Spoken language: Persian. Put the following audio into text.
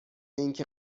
اینکه